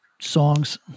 songs